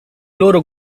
loro